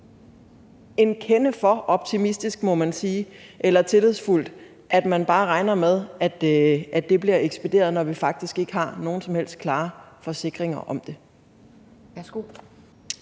en kende for optimistisk, må man sige, eller tillidsfuldt, at man bare regner med, at det bliver ekspederet, når vi faktisk ikke har nogen som helst klare forsikringer om det?